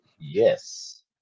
Yes